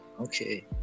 okay